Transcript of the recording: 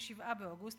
ב-7 באוגוסט,